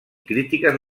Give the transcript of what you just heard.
crítiques